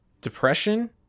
depression